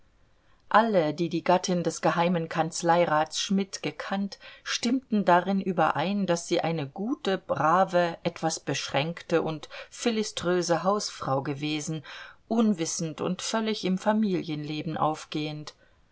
alle die die gattin des geheimen kanzleirats schmidt gekannt stimmten darin überein daß sie eine gute brave etwas beschränkte und philiströse hausfrau gewesen unwissend und völlig im familienleben aufgehend